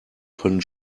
können